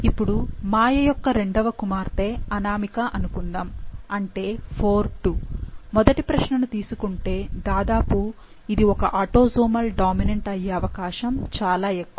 ఇప్పుడు మాయ యొక్క రెండవ కుమార్తె అనామిక అనుకుందాం అంటే IV 2 మొదటి ప్రశ్నను తీసుకుంటే దాదాపు ఇది ఒక ఆటోసోమల్ డామినెంట్ అయ్యే అవకాశం చాలా ఎక్కువ